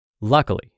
luckily